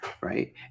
right